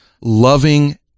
loving